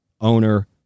owner